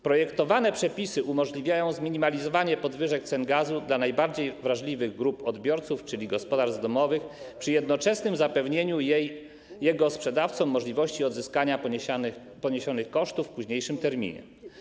Projektowane przepisy umożliwiają zminimalizowanie podwyżek cen gazu dla najbardziej wrażliwych grup odbiorców, czyli gospodarstw domowych, przy jednoczesnym zapewnieniu jego sprzedawcom możliwości odzyskania poniesionych kosztów w późniejszym terminie.